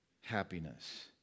happiness